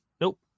Nope